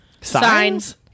Signs